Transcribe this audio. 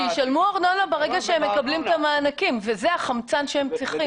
שישלמו ארנונה ברגע שהם מקבלים את המענקים וזה החמצן שהם צריכים.